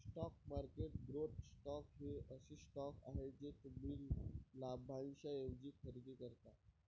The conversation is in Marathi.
स्टॉक मार्केट ग्रोथ स्टॉक्स हे असे स्टॉक्स आहेत जे तुम्ही लाभांशाऐवजी खरेदी करता